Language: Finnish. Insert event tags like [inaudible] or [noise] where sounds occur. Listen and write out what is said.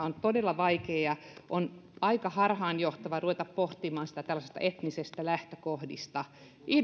[unintelligible] on todella vaikea asia ja on aika harhaanjohtavaa ruveta pohtimaan sitä tällaisista etnisistä lähtökohdista